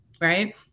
right